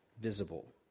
visible